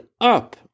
up